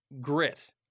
grit